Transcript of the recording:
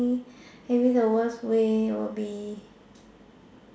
hmm maybe the worst way will be